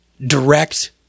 direct